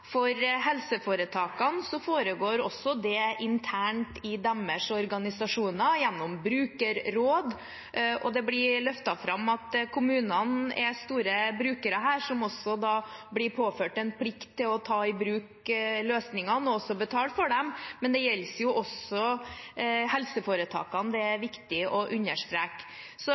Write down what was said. For helseforetakene foregår også det internt i deres organisasjoner, gjennom brukerråd. Det blir løftet fram at kommunene er store brukere her, som da blir påført en plikt til å ta i bruk løsningene og også betale for dem, men det gjelder også helseforetakene, det er det viktig å understreke. Så